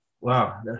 Wow